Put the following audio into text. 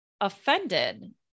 offended